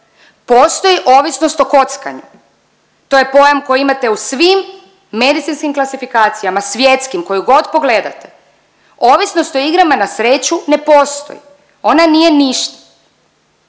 Postoji ovisnost o kockanju, to je pojam koji imate u svim medicinskim klasifikacijama svjetskim koje god pogledate. Ovisnost o igrama na sreću ne postoji, ona nije ništa.